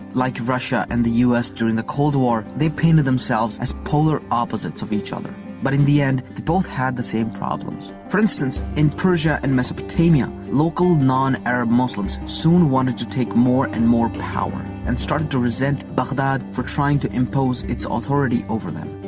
like russia and the us during the cold war, they painted themselves as polar opposites of each other but in the end, they both had the same problems. for instance, in persia and mesopotamia, local non-arab muslims soon wanted to take more and more power and started to resent baghdad trying to impose its authority over them.